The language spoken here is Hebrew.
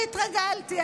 אני התרגלתי,